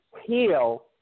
heal